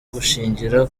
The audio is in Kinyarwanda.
gushingira